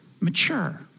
mature